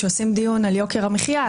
כשעושים דיון על יוקר המחיה,